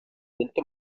tento